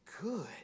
good